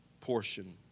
portion